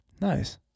nice